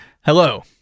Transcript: Hello